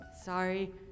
sorry